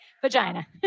vagina